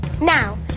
Now